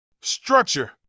Structure